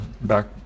back